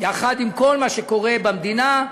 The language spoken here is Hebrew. יחד עם כל מה שקורה במדינה,